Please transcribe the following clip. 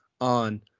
on